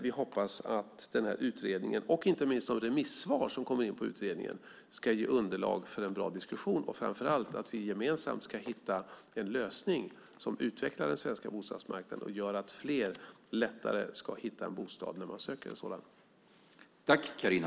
Vi hoppas att utredningen och inte minst de remissvar som kommer in på den ska ge underlag för en bra diskussion. Vi hoppas framför allt att vi gemensamt ska hitta en lösning som utvecklar den svenska bostadsmarknaden och gör att fler lättare ska hitta en bostad när man söker en sådan.